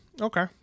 Okay